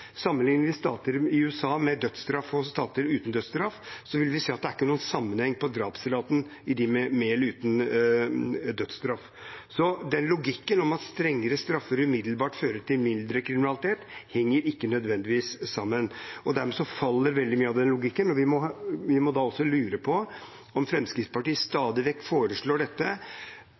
vi stater i USA med dødsstraff og stater i USA uten dødsstraff, vil vi se at det er ikke noen sammenheng mellom drapsraten i stater med dødsstraff og stater uten dødsstraff. Så den logikken at strengere straffer umiddelbart fører til mindre kriminalitet, henger ikke nødvendigvis sammen, og dermed faller veldig mye av den logikken. Vi må da også lure på om Fremskrittspartiet stadig vekk foreslår dette